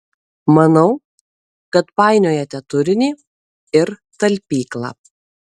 manau kad painiojate turinį ir talpyklą